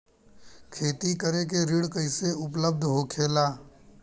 खेती करे के ऋण कैसे उपलब्ध होखेला?